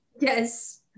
Yes